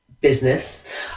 Business